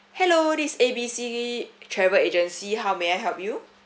hello this is A B C travel agency how may I help you